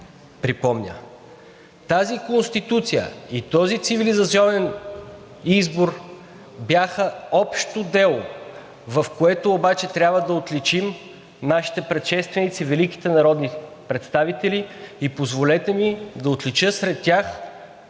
припомня. Тази Конституция и този цивилизационен избор бяха общо дело, в което обаче трябва да отличим нашите предшественици – великите народни представители, и позволете ми да отлича сред тях